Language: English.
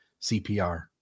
CPR